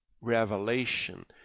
revelation